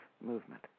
movement